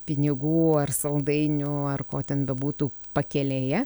pinigų ar saldainių ar ko ten bebūtų pakelėje